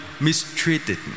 mistreated